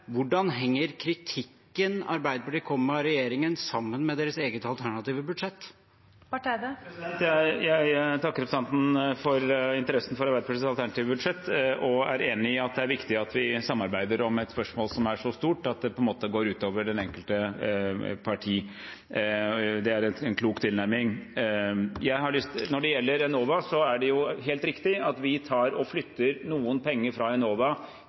Hvordan henger kritikken Arbeiderpartiet kommer med av regjeringen, sammen med deres eget alternative budsjett? Jeg takker representanten for interessen for Arbeiderpartiets alternative budsjett og er enig i at det er viktig at vi samarbeider om et spørsmål som er så stort at det på en måte går utover det enkelte parti. Det er en klok tilnærming. Når det gjelder Enova, er det helt riktig at vi flytter noen penger fra Enova